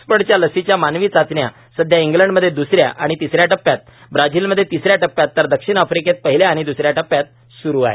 ऑक्सफर्डच्या लसीच्या मानवी चाचण्या सध्या इंग्लंडमधे द्रसऱ्या आणि तिसऱ्या टप्प्यात ब्राझीलमध्ये तिसऱ्या टप्प्यात तर दक्षिण आफ्रिकेत पहिल्या आणि दुसऱ्या टप्प्यात स्रु आहेत